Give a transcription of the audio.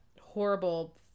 horrible